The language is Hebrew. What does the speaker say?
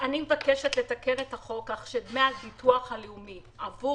אני מבקשת לתקן את החוק כך שדמי הביטוח הלאומי עבור